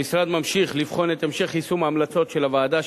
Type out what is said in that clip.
המשרד ממשיך לבחון את המשך יישום ההמלצות של הוועדה,